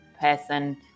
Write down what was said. person